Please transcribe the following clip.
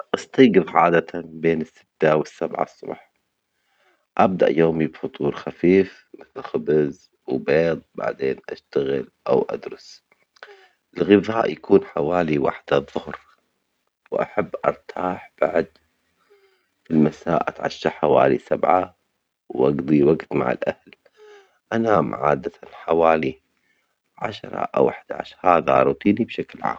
استيجظ عادة بين الستة والسبعة الصبح أبدأ يومي بفطور خفيف مثل خبز وبيض وبعدين أشتغل أو أدرس بيكون حوالي واحدة الظهر و أحب أرتاح بعد في المساء أتعشى حوالي سبعة وأقضي وجت مع الأهل أنام عادة حوالي عشرة أو إحداش هذا روتيني بشكل عام.